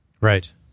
Right